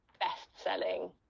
best-selling